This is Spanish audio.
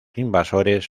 invasores